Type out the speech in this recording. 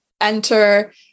enter